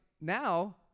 Now